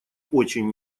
очень